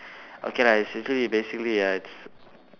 okay lah it's literally basically uh it's